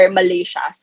Malaysia